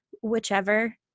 whichever